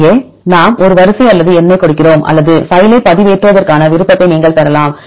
இங்கே நாம் ஒரு வரிசை அல்லது எண்ணைக் கொடுக்கிறோம் அல்லது பைலை பதிவேற்றுவதற்கான விருப்பத்தை நீங்கள் பெறலாம்